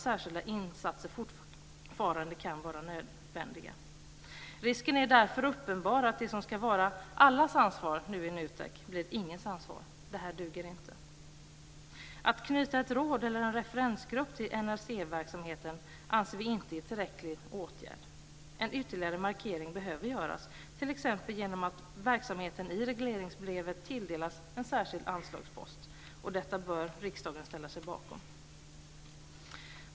Särskilda insatser kan fortfarande vara nödvändiga. Risken är därför uppenbar att det som ska vara allas ansvar nu i NUTEK blir ingens ansvar. Det duger inte. Att knyta ett råd eller en referensgrupp till NRC-verksamheten anser vi inte vara en tillräcklig åtgärd. En ytterligare markering behöver göras, t.ex. genom att verksamheten i regleringsbrevet tilldelas en särskild anslagspost. Detta bör riksdagen ställa sig bakom.